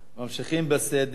ממשיכים בסדר: